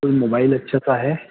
کوئی موبائل اچھا سا ہے